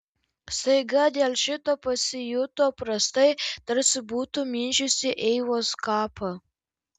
staiga dėl šito pasijuto prastai tarsi būtų mindžiusi eivos kapą